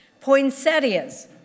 Poinsettias